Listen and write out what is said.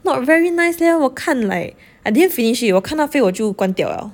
not very nice leh 我看 like I didn't finish it 我看 halfway 我就关掉 liao